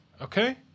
Okay